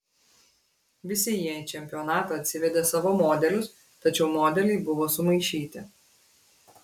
visi jie į čempionatą atsivedė savo modelius tačiau modeliai buvo sumaišyti